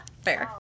Fair